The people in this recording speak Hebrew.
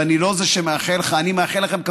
אני מאחל לכם,